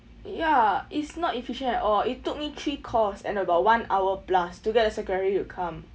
ya is not efficient at all it took me three calls and about one hour plus to get the security to come